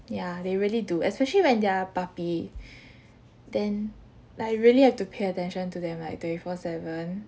yeah they really do especially when they're a puppy then like you really have to pay attention to them like twenty four seven